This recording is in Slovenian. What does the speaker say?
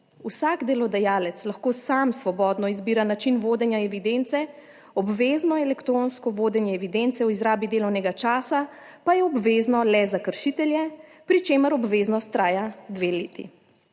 Vsak delodajalec lahko sam svobodno izbira način vodenja evidence, obvezno elektronsko vodenje evidence o izrabi delovnega časa pa je obvezno le za kršitelje, pri čemer obveznost traja dve leti.